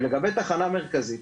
ולגבי תחנה מרכזית,